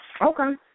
Okay